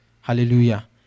Hallelujah